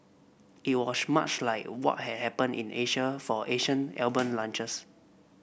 it was much like what had happened in Asia for Asian album launches